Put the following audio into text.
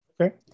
okay